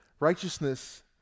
Righteousness